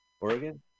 Oregon